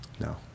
no